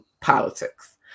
politics